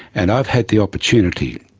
and i've had the opportunity,